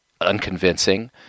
unconvincing